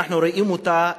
ואנחנו רואים אותה יום-יום.